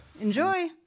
Enjoy